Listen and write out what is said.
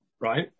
right